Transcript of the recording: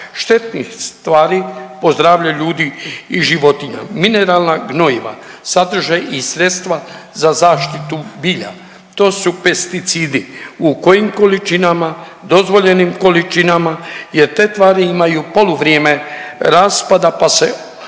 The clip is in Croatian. štetnih tvari po zdravlje ljudi i životinja. Mineralna gnojiva sadrže i sredstva za zaštitu bilja, to su pesticidi. U kojim količinama dozvoljenim količinama jer te tvari imaju poluvrijeme raspada pa se akumuliraju